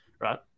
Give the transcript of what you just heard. right